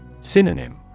Synonym